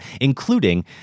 including